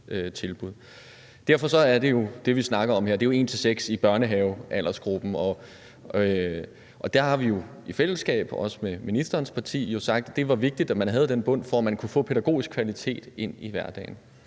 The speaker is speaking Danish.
her, er én pædagog til seks børn i børnehavealdersgruppen, og der har vi jo i fællesskab, også med ministerens parti, sagt, at det var vigtigt, at man havde den bund, for at man kunne få pædagogisk kvalitet ind i hverdagen.